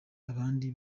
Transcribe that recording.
abandi